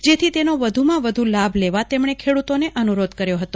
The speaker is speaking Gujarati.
જેથી તેનો વધુ માં વધુ લાભ લેવા તેમણે ખેડુતોને અનુરોધ કર્યો હતો